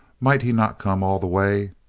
might he not come all the way?